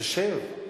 תשב.